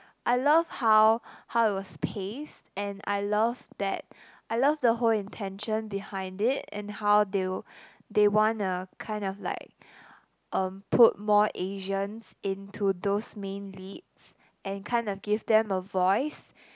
I love how how it was paced and I love that I love the whole intention behind it and how they'll they wanna kind of like um put more Asians into those main leads and kind of give them a voice